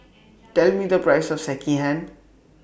Tell Me The Price of Sekihan